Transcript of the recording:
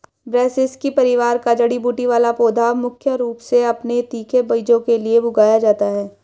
ब्रैसिसेकी परिवार का जड़ी बूटी वाला पौधा मुख्य रूप से अपने तीखे बीजों के लिए उगाया जाता है